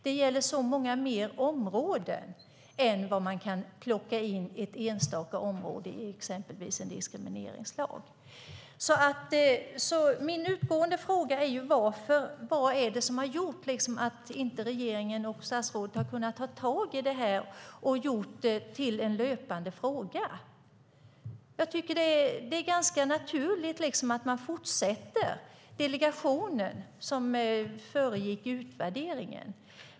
De gäller på så många fler områden än de enstaka man kan plocka in i exempelvis en diskrimineringslag. Min avslutande fråga är vad det är som har gjort att regeringen och statsrådet inte har kunnat ta tag i det här och göra det till en löpande fråga. Jag tycker att det är ganska naturligt att delegationen fortsätter det arbete som föregick utvärderingen.